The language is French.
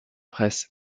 presse